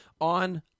on